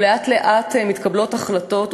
ולאט-לאט מתקבלות החלטות,